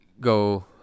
go